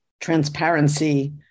transparency